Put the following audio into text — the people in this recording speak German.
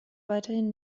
weiterhin